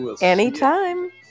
Anytime